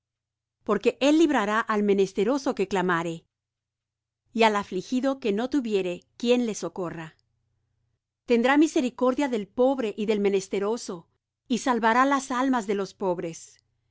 porque él librará al menesteroso que clamare y al afligido que no tuviere quien le socorra tendrá misericordia del pobre y del menesteroso y salvará las almas de los pobres de